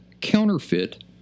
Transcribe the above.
counterfeit